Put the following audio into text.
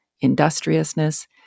industriousness